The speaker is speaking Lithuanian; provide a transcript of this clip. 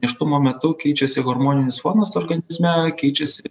nėštumo metu keičiasi hormoninis fonas organizme keičiasi